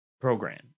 program